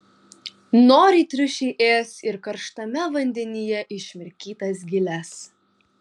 noriai triušiai ės ir karštame vandenyje išmirkytas giles